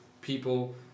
people